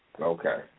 Okay